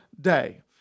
day